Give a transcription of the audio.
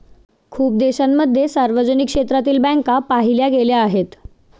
खूप देशांमध्ये सार्वजनिक क्षेत्रातील बँका पाहिल्या गेल्या आहेत